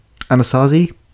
Anasazi